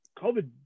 COVID